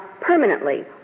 permanently